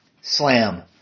Slam